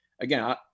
again